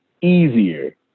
easier